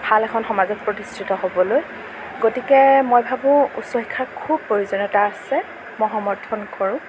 ভাল এখন সমাজত প্ৰতিষ্ঠিত হ'বলৈ গতিকে মই ভাবোঁ উচ্চ শিক্ষাৰ খুব প্ৰয়োজনীয়তা আছে মই সমৰ্থন কৰোঁ